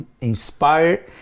inspire